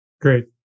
great